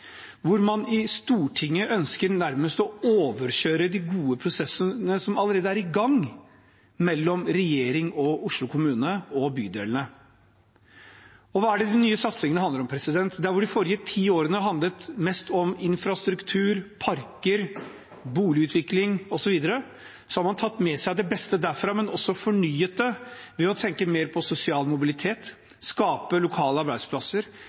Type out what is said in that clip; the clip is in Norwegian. overkjøre de gode prosessene som allerede er i gang mellom regjeringen og Oslo kommune og bydelene. Hva er det de nye satsingene handler om? Der de forrige ti årene handlet mest om infrastruktur, parker, boligutvikling osv., har man tatt med seg det beste derfra, men også fornyet det ved å tenke mer på sosial mobilitet, skape lokale arbeidsplasser,